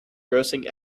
grossing